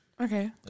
okay